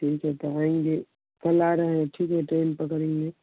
ठीक है तो आएँगे कल आ रहे हैं ठीक है ट्रेन पकड़ेंगे